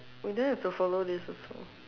we don't have to follow this also